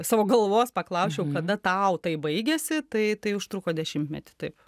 savo galvos paklausčiau kada tau tai baigėsi tai tai užtruko dešimtmetį taip